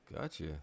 gotcha